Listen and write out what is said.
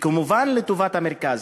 כמובן לטובת המרכז.